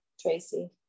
Tracy